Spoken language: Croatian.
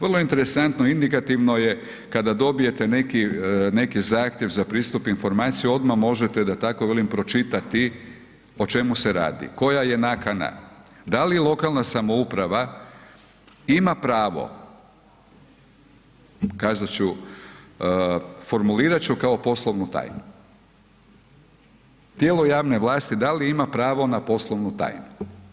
Vrlo interesantno i indikativno je kada dobijete neki zahtjev za pristup informacijama, odmah možete da tako velim pročitati o čemu se radi, koja je nakana, da li lokalna samouprava ima pravo, kazati ću, formulirati ću kao poslovnu tajnu, tijelo javne vlasti da li ima pravo na poslovnu tajnu.